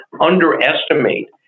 underestimate